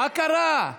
מה קרה?